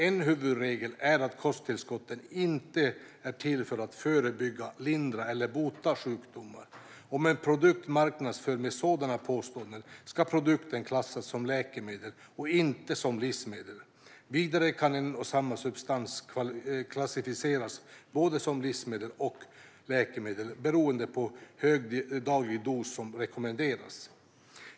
En huvudregel är att kosttillskott inte är till för att förebygga, lindra eller bota sjukdomar. Om en produkt marknadsförs med sådana påståenden ska produkten klassas som läkemedel och inte som livsmedel. Vidare kan en och samma substans klassificeras både som livsmedel och som läkemedel beroende på hur hög daglig dos som rekommenderas.